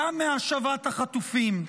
גם מהשבת החטופים.